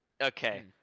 Okay